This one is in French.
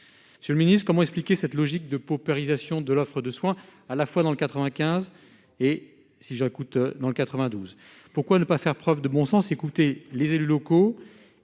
monsieur le Ministre, comment expliquer cette logique de paupérisation de l'offre de soins à la fois dans le 95 et si j'ai un coûteux dans le 92, pourquoi ne pas faire preuve de bon sens, écoutez les élus locaux